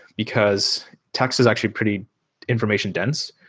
because text is actually pretty information-dense.